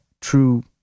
true